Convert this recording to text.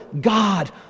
God